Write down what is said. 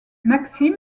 maxim